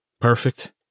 Perfect